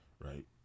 right